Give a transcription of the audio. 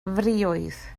friwydd